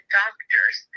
doctors